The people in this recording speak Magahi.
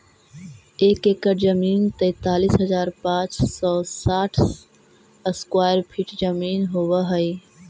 एक एकड़ जमीन तैंतालीस हजार पांच सौ साठ स्क्वायर फीट जमीन होव हई